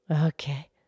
Okay